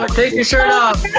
take your shirt off